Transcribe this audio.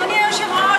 אדוני היושב-ראש,